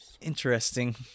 Interesting